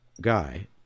guy